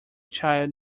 child